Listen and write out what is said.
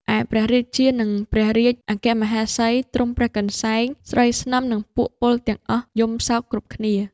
ឯព្រះរាជានិងព្រះរាជអគ្គមហេសី ទ្រង់ព្រះកន្សែង ស្រីស្នំនិងពួកពលទាំងអស់ យំសោកគ្រប់គ្នា ។